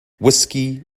whisky